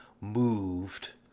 moved